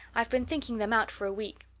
i've been thinking them out for a week.